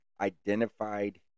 identified